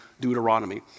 Deuteronomy